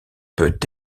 peut